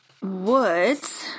Woods